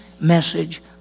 message